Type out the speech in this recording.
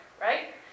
right